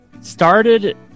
started